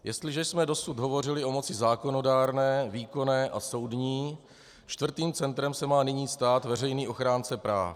Jestliže jsme dosud hovořili o moci zákonodárné, výkonné a soudní, čtvrtým centrem se má nyní stát veřejný ochránce práv.